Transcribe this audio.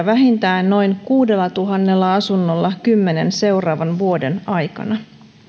vähintään noin kuudellatuhannella asunnolla kymmenen seuraavan vuoden aikana